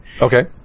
Okay